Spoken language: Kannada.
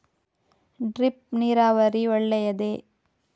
ಡ್ರಿಪ್ ನೀರಾವರಿ ಒಳ್ಳೆಯದೇ?